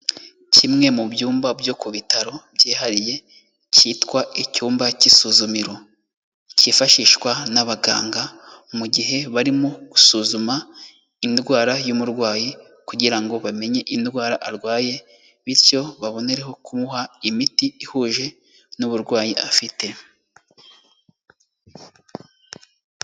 Kimwe mu byumba byo ku bitaro byihariye cyitwa icyumba cy'isuzumiro. Kifashishwa n'abaganga mu gihe barimo gusuzuma indwara y'umurwayi kugira ngo bamenye indwara arwaye bityo babonereho kumuha imiti ihuje n'uburwayi afite.